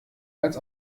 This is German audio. als